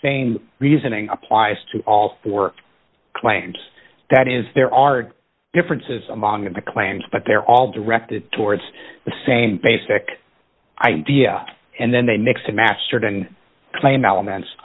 same reasoning applies to all four claims that is there are differences among the claims but they're all directed towards the same basic idea and then they mixed and mastered and claim elements